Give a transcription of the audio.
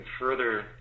further